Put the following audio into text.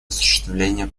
осуществление